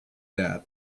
that